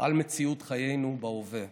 על מציאות חיינו בהווה.